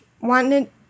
wanted